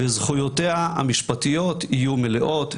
וזכויותיה המשפטיות יהיו מלאות.